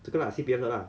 这个 lah C_P_F 的 lah